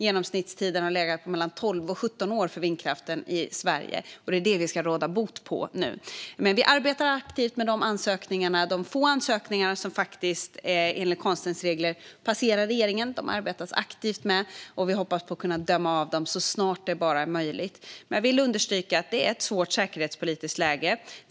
Genomsnittstiden har legat på mellan 12 och 17 år för vindkraften i Sverige. Det ska vi råda bot på nu. Vi arbetar aktivt med de få ansökningar som enligt konstens alla regler passerar regeringen. Vi hoppas kunna döma av dem så snart som möjligt. Men jag vill understryka att det säkerhetspolitiska läget är svårt.